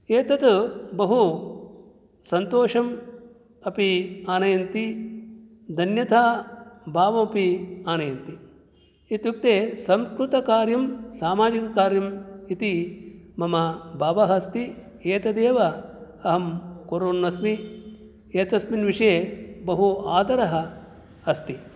एतत् बहुसन्तोषम् अपि आनयन्ति धन्यताभावोपि आनयन्ति इत्युक्ते संस्कृतकार्यं सामाजिककार्यम् इति मम भावः अस्ति एतदेव अहं कुर्वन्नस्मि एतस्मिन् विषये बहु आदरः अस्ति